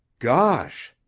gosh,